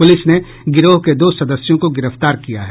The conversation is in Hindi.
पुलिस ने गिरोह के दो सदस्यों को गिरफ्तार किया है